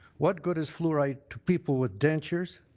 what good is fluoride to people with dentures?